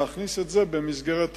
ולהכניס את זה במסגרת התקציב.